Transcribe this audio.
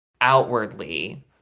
outwardly